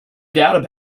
doubt